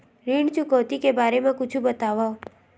ऋण चुकौती के बारे मा कुछु बतावव?